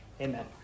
Amen